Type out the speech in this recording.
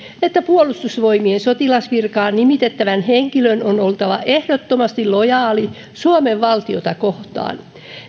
että puolustusvoimien sotilasvirkaan nimitettävän henkilön on oltava ehdottomasti lojaali suomen valtiota kohtaan